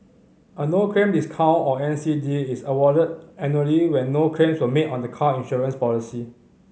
a no claim discount or N C D is awarded annually when no claims were made on the car insurance policy